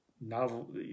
novel